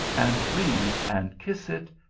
and read, and kiss it,